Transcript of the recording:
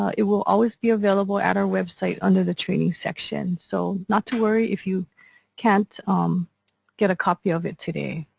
ah it will always be available at our website under the training section. so not to worry if you can't um get a copy of it today.